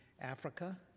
Africa